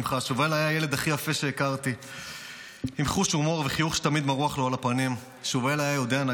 ראיתי שבחרת היום לטנף על גיבור ישראל שובאל בן